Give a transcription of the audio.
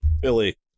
Billy